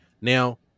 Now